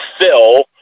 Phil